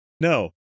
No